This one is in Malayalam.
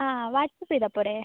ആ വാട്സാപ്പ് ചെയ്താൽ പോരേ